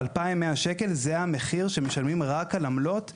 2,100 שקלים זה המחיר שמשלמים רק על עמלות בבנקים.